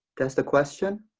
that's the question?